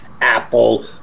Apple